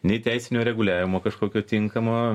nei teisinio reguliavimo kažkokio tinkamo